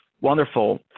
wonderful